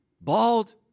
bald